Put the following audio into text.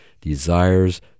desires